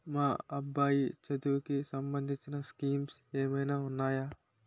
మా అబ్బాయి చదువుకి సంబందించిన స్కీమ్స్ ఏమైనా ఉన్నాయా?